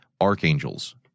archangels